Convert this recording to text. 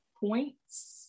points